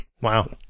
Wow